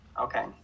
okay